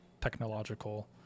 technological